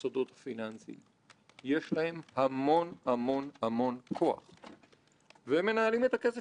שאלת האשראי היא בסופו של דבר רק חלק ממכלול גדול מאוד ורחב